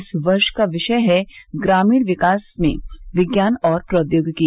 इस वर्ष का विषय है ग्रामीण विकास में विज्ञान और प्रोचैागिकी